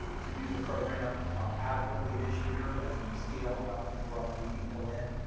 to do the program adequately this year as we scaled up and brought new people in.